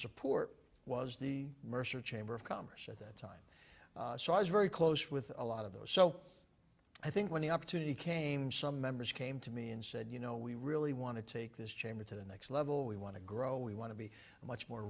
support was the mercer chamber of commerce at that so i was very close with a lot of those so i think when the opportunity came some members came to me and said you know we really want to take this chamber to the next level we want to grow we want to be much more